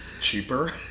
Cheaper